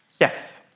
Yes